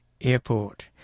Airport